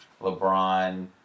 LeBron